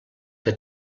que